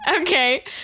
Okay